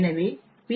எனவே பி